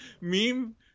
meme